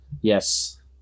Yes